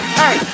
hey